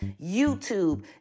YouTube